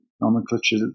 nomenclature